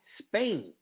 Spain